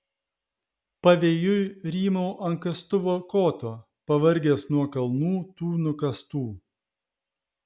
pavėjui rymau ant kastuvo koto pavargęs nuo kalnų tų nukastų